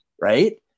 right